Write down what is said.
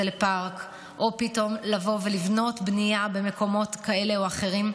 לפארק או לבנות במקומות כאלה או אחרים.